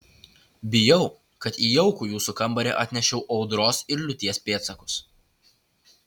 bijau kad į jaukų jūsų kambarį atnešiau audros ir liūties pėdsakus